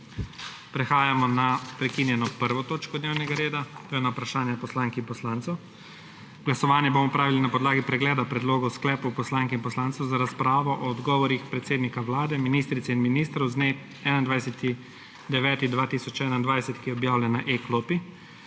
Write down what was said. **Prehajamo na prekinjeno 1. točko dnevnega reda, to je na Vprašanja poslank in poslancev.** Glasovanje bomo opravili na podlagi pregleda predlogov sklepov poslank in poslancev za razpravo o odgovorih predsednika vlade, ministrice in ministrov z dne 21. 9. 2021, ki je objavljen na e-klopi.